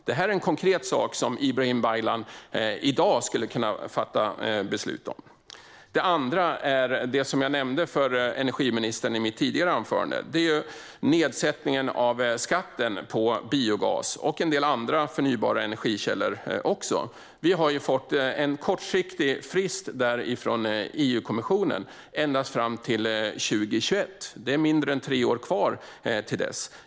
Detta är en konkret sak som Ibrahim Baylan skulle kunna fatta beslut om i dag. Den andra är det som jag nämnde för energiministern i mitt tidigare anförande. Det är nedsättningen av skatten på biogas och också en del andra förnybara energikällor. Vi har fått en kortsiktig frist av EU-kommissionen fram till 2021. Det är mindre än tre år kvar till dess.